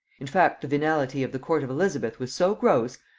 in fact, the venality of the court of elizabeth was so gross,